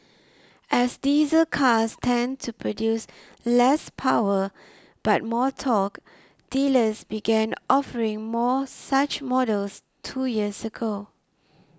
as diesel cars tend to produce less power but more torque dealers began offering more such models two years ago